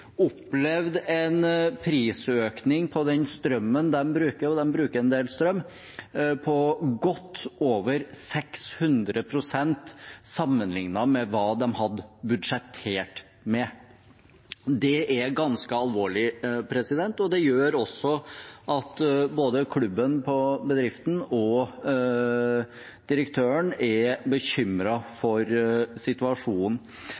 en prisøkning på den strømmen de bruker – og de bruker en del strøm – på godt over 600 pst. sammenlignet med hva de hadde budsjettert med. Det er ganske alvorlig, og det gjør at både klubben på bedriften og direktøren er bekymret for situasjonen.